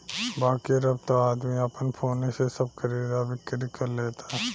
बाकिर अब त आदमी आपन फोने से सब खरीद आ बिक्री कर लेता